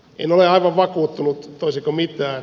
en ole aivan vakuuttunut toisiko mitään